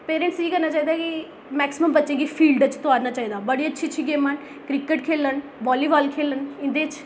parents गी केह् करना चाहिदा कि मैक्सिम बच्चे गी फील्ड च तुआरना चाहिदा बड़ी अच्छी अच्छी गेमां न क्रिकट खेलन बोलीबाल खेढन इं'दे च